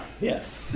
yes